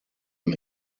him